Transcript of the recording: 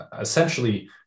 essentially